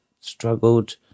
struggled